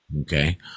Okay